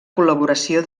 col·laboració